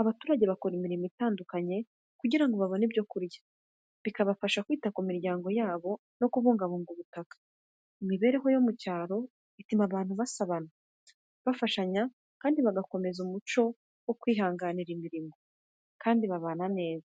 Abaturage bakora imirimo itandukanye kugira ngo babone ibyo kurya, bikabafasha kwita ku miryango yabo no kubungabunga ubutaka. Imibereho yo mu cyaro ituma abantu basabana, bafashanya kandi bagakomeza umuco wo kwihangira imirimo, kandi babana neza.